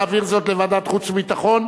נעביר זאת לוועדת חוץ וביטחון,